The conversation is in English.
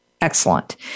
excellent